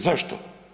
Zašto?